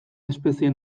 espezie